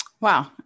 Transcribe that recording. Wow